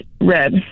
red